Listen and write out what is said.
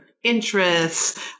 Interests